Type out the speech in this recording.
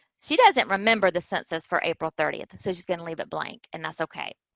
she doesn't remember the census for april thirtieth, so she's going to leave it blank. and that's okay.